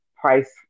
price